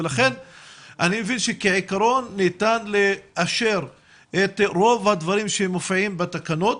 ולכן אני מבין שכעיקרון ניתן לאשר את רוב הדברים שמופיעים בתקנות